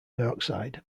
dioxide